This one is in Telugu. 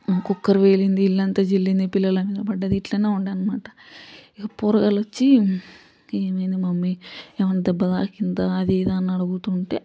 కుక్కర్ పేలింది ఇల్లంతా చిల్లింది పిల్లలమీద పడ్దది ఇట్లనే ఉండే అనమాట ఇక పోరగాళ్ళు వచ్చి ఏమైంది మమ్మీ ఏమైనా దెబ్బ తాకిందా అదీ ఇదీ అని అడుగుతుంటే